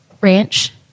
ranch